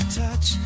touch